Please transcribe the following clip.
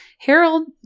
Harold